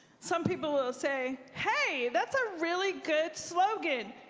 some people will say, hey, that's a really good slogan.